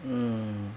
mm